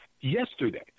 yesterday